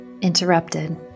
Interrupted